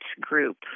group